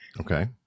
Okay